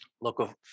local